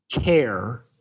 care